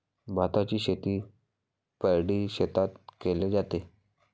भाताची शेती पैडी शेतात केले जाते